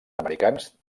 americans